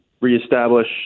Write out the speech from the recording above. reestablish